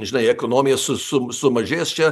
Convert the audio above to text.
žinai ekonomija su su sumažės čia